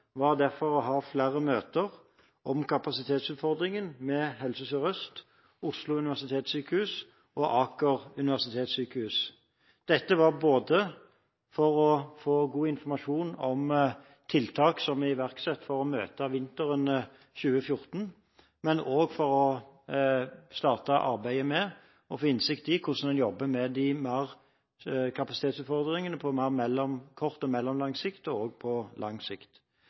var derfor å ha flere møter om kapasitetsutfordringene med Helse Sør-Øst, Oslo universitetssykehus og Aker universitetssykehus. Dette var både for å få god informasjon om tiltak som er iverksatt for å møte vinteren 2014, og for å starte arbeidet med å få innsikt i hvordan en jobber med kapasitetsutfordringene på kort og mellomlang og også på lang sikt.